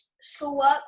schoolwork